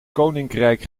koninkrijk